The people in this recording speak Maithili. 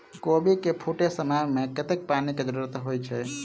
कोबी केँ फूटे समय मे कतेक पानि केँ जरूरत होइ छै?